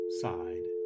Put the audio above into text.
side